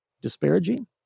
disparaging